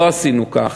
לא עשינו כך,